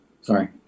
sorry